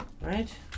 Right